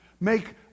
make